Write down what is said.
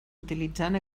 utilitzant